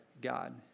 God